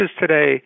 today